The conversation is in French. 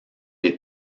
les